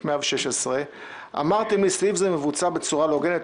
116. אמרתם שסעיף זה מבוצע בצורה לא הוגנת,